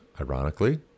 ironically